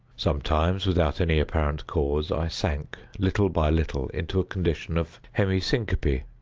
sometimes, without any apparent cause, i sank, little by little, into a condition of hemi-syncope,